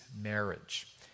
marriage